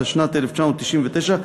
התשנ"ט 1999,